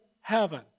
heaven